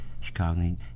Chicago